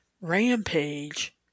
Rampage